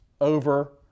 over